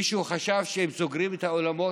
מישהו חשב שאם סוגרים את האולמות